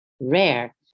rare